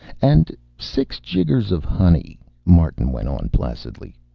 and six jiggers of honey, martin went on placidly.